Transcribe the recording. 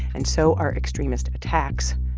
and so are extremist attacks.